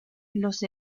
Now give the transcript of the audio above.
los